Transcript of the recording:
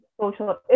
social